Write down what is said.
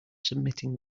submitting